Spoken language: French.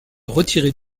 retirée